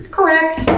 Correct